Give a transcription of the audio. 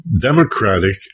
Democratic